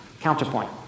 counterpoint